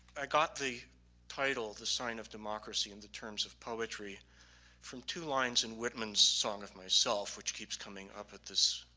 i got the title, the sign of democracy in the terms of poetry rmal from two lines in whitman's song of myself which keeps coming up at this